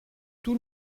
tout